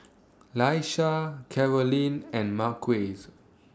Laisha Carolyne and Marquez